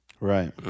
Right